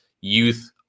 youth